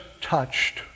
touched